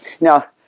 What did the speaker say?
Now